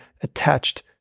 attached